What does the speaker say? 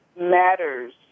matters